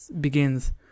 begins